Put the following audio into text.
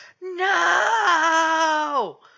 No